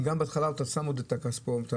אם בהתחלה יש עוד שירות-כול,